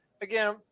Again